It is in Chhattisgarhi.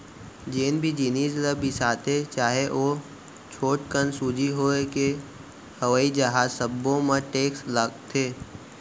जेन भी जिनिस ल बिसाथे चाहे ओ छोटकन सूजी होए के हवई जहाज सब्बो म टेक्स लागथे